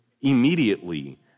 immediately